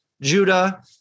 judah